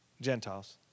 Gentiles